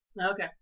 Okay